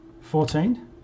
Fourteen